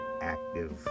active